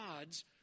odds